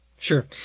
Sure